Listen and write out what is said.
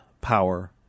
power